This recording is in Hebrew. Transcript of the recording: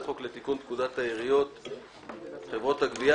חוק לתיקון פקודת העיריות (מס' 138) (חברות גבייה),